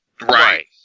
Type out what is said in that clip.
Right